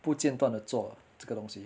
不间断的做这个东西